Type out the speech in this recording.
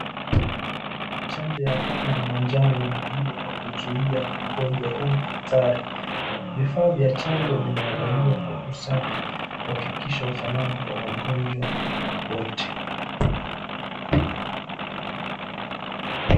Chanjo ya homa ya manjano ni muhimu kwa kuzuia ugonjwa huu hatari. Vifaa fya chanjo vimeandaliwa kwa usafi, kuhakikisha usalama kwa wagonjwa wote.